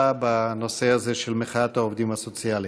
בנושא הזה של מחאת העובדים הסוציאליים.